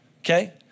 okay